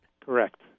Correct